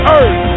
earth